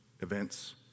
events